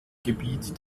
gebiet